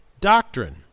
doctrine